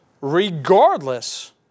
regardless